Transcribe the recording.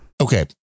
Okay